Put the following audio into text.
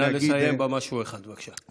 נא לסיים במשהו אחד, בבקשה.